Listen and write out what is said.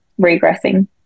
regressing